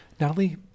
Natalie